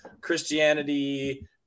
Christianity